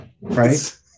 right